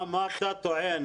מה אתה טוען?